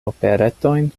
operetojn